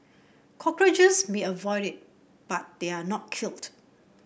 cockroaches may avoid it but they are not killed